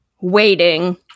waiting